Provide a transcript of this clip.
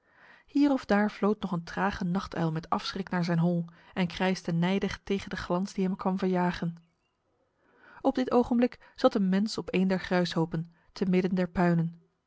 hier of daar vlood nog een trage nachtuil met afschrik naar zijn hol en krijste nijdig tegen de glans die hem kwam verjagen op dit ogenblik zat een mens op een der gruishopen te midden der puinen